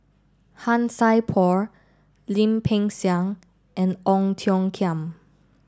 Han Sai Por Lim Peng Siang and Ong Tiong Khiam